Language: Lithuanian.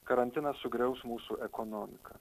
karantinas sugriaus mūsų ekonomiką